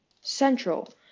Central